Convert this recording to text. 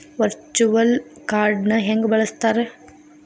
Virtual ಕಾರ್ಡ್ನ ಹೆಂಗ ಬಳಸ್ತಾರ?